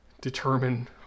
determine